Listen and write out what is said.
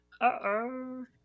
Uh-oh